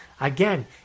Again